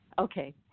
Okay